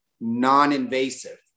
non-invasive